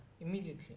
immediately